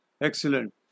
Excellent